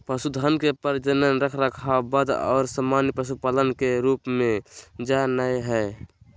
पशुधन के प्रजनन, रखरखाव, वध और सामान्य पशुपालन के रूप में जा नयय हइ